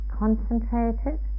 concentrated